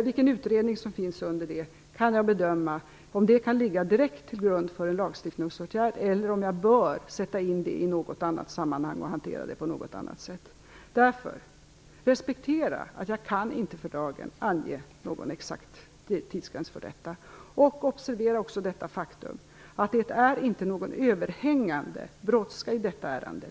och vilken utredning som finns bakom det kan jag bedöma om det direkt kan ligga till grund för en lagstiftningsåtgärd eller om jag bör sätta in det i något annat sammanhang och hantera det på något annat sätt. Därför ber jag att ni respekterar att jag för dagen inte kan ange någon exakt tidsgräns för detta. Observera också att det inte är någon överhängande brådska i detta ärende.